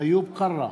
איוב קרא,